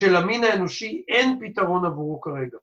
‫שלמין האנושי, ‫אין פתרון עבורו כרגע.